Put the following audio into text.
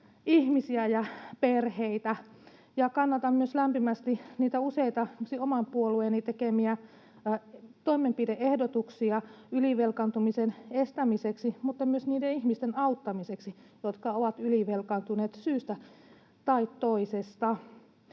ihmisiä ja perheitä. Kannatan myös lämpimästi esimerkiksi useita oman puolueeni tekemiä toimenpide-ehdotuksia ylivelkaantumisen estämiseksi, mutta myös niiden ihmisten auttamiseksi, jotka ovat ylivelkaantuneet syystä tai toisesta.